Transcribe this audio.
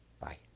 Bye